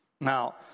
now